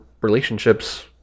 relationships